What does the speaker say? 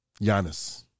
Giannis